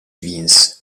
vince